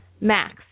Max